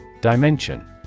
Dimension